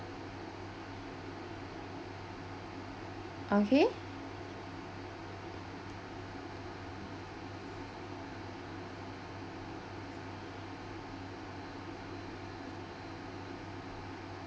okay